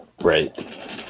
Right